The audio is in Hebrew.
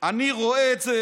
אני רואה את זה